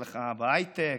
הצלחה בהייטק,